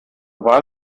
war